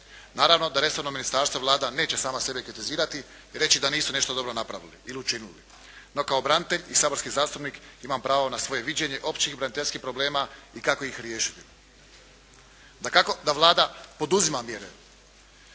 Naravno da resorno Ministarstvo, Vlada neće sama sebe kritizirati i reći da nisu nešto dobro napravili ili učinili. No kao branitelj i saborski zastupnik imam pravo na svoje viđenje općih i braniteljskih problema i kako ih riješiti. Dakako da Vlada poduzima mjere